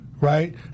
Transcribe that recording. right